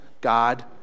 God